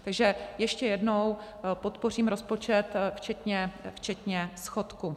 Takže ještě jednou, podpořím rozpočet včetně schodku.